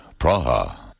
Praha